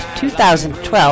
2012